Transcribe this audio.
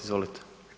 Izvolite.